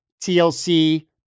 TLC